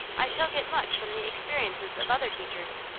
i shall get much from the experiences of other teachers.